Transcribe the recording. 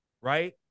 right